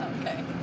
Okay